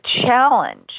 challenge